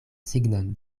signon